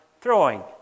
throwing